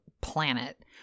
planet